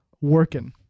Working